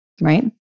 right